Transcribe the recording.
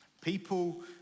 People